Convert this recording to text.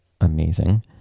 amazing